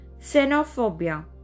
xenophobia